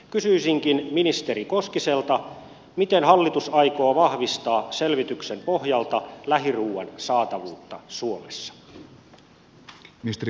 kysyisinkin ministeri koskiselta miten hallitus aikoo vahvistaa selvityksen pohjalta lähiruuan saatavuutta suomessa